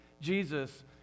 Jesus